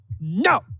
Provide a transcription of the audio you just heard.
no